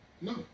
No